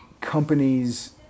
companies